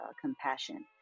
compassion